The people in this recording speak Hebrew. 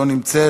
לא נמצא,